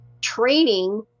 training